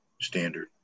standard